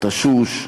תשוש,